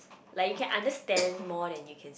like you can understand more than you can